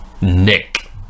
Nick